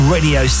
Radio